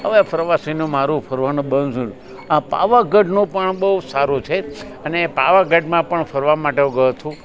હવે પ્રવાસીનું મારું ફરવાનું બંધ છે આ પાવાગઢનું પણ બહુ સારું છે અને પાવાગઢમાં પણ ફરવા માટે ગયો છું